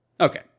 Okay